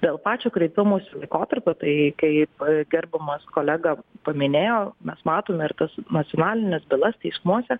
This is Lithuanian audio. dėl pačio kreipimosi laikotarpio tai kaip gerbiamas kolega paminėjo mes matome ir tas nacionalines bylas teismuose